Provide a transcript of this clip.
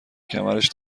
کمرش